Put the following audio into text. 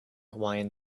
hawaiian